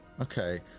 Okay